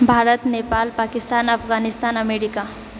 Bharat Nepal Pakistan Afghanistan America